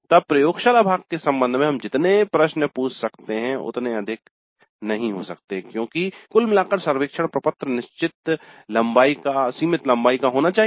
तब प्रयोगशाला भाग के संबंध में हम जितने प्रश्न पूछ सकते हैं उतने अधिक नहीं हो सकते हैं क्योंकि कुल मिलाकर सर्वेक्षण प्रपत्र निश्चित एक सीमित लंबाई का होना चाहिए